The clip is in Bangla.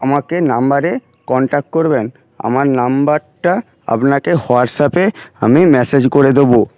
আমাকে নাম্বারে কন্ট্যাক্ট করবেন আমার নাম্বারটা আপনাকে হোয়াটসঅ্যাপে আমি ম্যাসেজ করে দেব